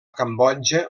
cambodja